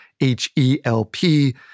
H-E-L-P